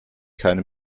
keine